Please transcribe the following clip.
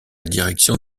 direction